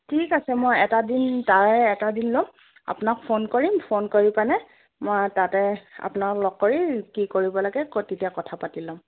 ঠিক আছে মই এটা দিন তাৰে এটা দিন ল'ম আপোনাক ফোন কৰিম ফোন কৰি পানে মই তাতে আপোনাক লগ কৰি কি কৰিব লাগে তেতিয়া কথা পাতি ল'ম